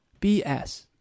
BS